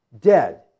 Dead